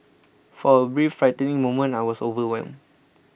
for a brief frightening moment I was overwhelmed